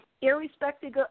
irrespective